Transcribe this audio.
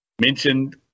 mentioned